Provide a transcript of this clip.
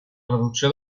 traducció